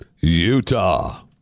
Utah